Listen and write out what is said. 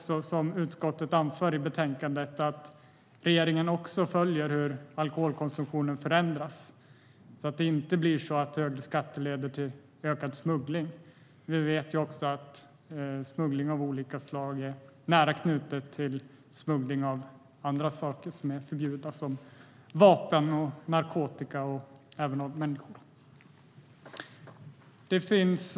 Som utskottet anför i betänkandet gäller det också att regeringen följer hur alkoholkonsumtionen förändras, så att det inte blir så att högre skatter leder till ökad smuggling. Vi vet också att smuggling av alkohol och tobak är nära knuten till smuggling av till exempel vapen, narkotika och människor. Herr talman!